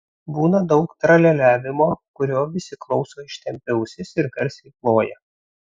būna daug tralialiavimo kurio visi klauso ištempę ausis ir garsiai ploja